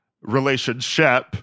relationship